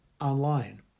online